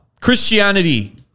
Christianity